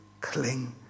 cling